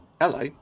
hello